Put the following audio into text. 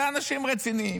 אלה אנשים רציניים.